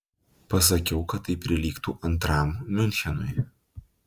pasakiau kad tai prilygtų antram miunchenui